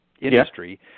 industry –